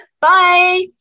Bye